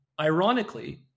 Ironically